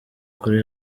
kuri